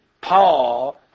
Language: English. Paul